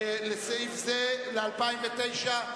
ל-2009.